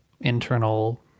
internal